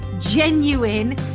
genuine